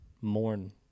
mourn